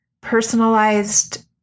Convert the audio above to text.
personalized